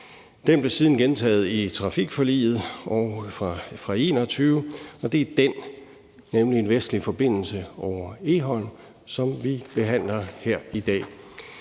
Den blev siden gentaget i trafikforliget fra 2021, og det er den, nemlig en vestlig forbindelse over Egholm, som vi behandler her i dag.